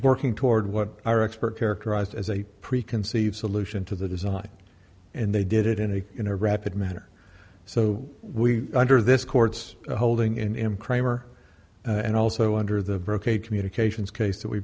working toward what our expert characterized as a preconceived solution to the design and they did it in a in a rapid manner so we under this court's holding in him kramer and also under the brocade communications case that we